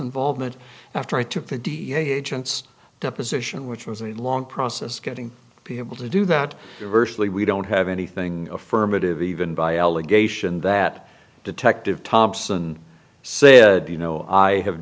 involvement after i took the dea agents deposition which was a long process getting be able to do that virtually we don't have anything affirmative even by allegation that detective thompson said you know i have